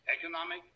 economic